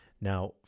Now